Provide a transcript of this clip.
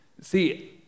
See